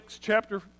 chapter